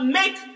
make